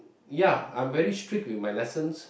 ya I'm very strict in my lessons